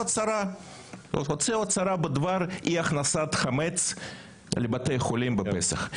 הצהרה בדבר אי הכנסת חמץ לבתי חולים בפסח.